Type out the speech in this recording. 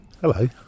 Hello